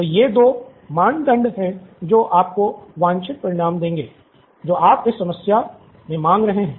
तो ये दो मानदंड हैं जो आपको वांछित परिणाम देंगे जो आप इस समस्या में मांग रहे हैं